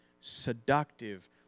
seductive